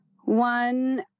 One